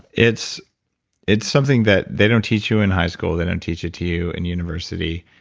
it's it's something that they don't teach you in high school. they don't teach it to you in university.